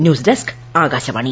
news desk Akashvani